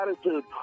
attitude